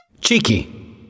Cheeky